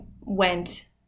went